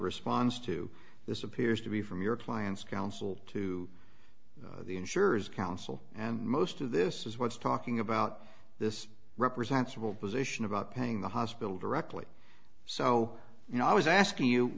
response to this appears to be from your client's counsel to the insurers counsel and most of this is what's talking about this represents about position about paying the hospital directly so you know i was asking you